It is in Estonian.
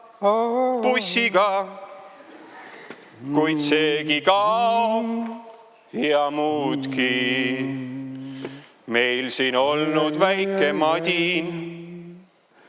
bussiga. Kuid seegi kaob, ja muudki. Meil siin olnud väike madin.